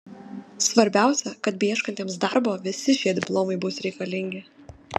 svarbiausia kad beieškantiems darbo visi šie diplomai bus reikalingi